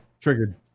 Triggered